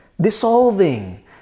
dissolving